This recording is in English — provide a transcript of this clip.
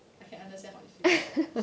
I can understand how he feels